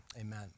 amen